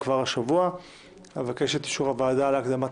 וכחבר הוועדה הוא ביקש שאני אנמק אותה,